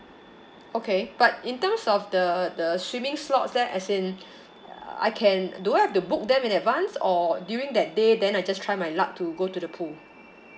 okay but in terms of the the swimming slots there as in I can do I have to book them in advance or during that day then I just try my luck to go to the pool